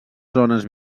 zones